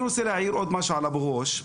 אני רוצה להעיר עוד משהו על אבו גוש.